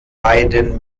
beiden